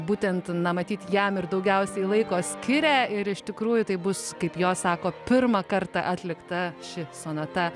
būtent na matyt jam ir daugiausiai laiko skiria ir iš tikrųjų tai bus kaip jos sako pirmą kartą atlikta ši sonata